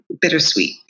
bittersweet